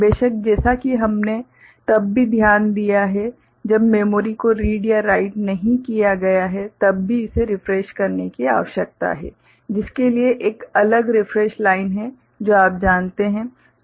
बेशक जैसा कि हमने तब भी ध्यान दिया है जब मेमोरी को रीड या राइट नहीं किया गया है तब भी इसे रिफ्रेश करने की आवश्यकता है जिसके लिए एक अलग रिफ्रेश लाइन हैं जो आप जानते हैं